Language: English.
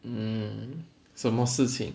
嗯什么事情